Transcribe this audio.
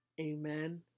Amen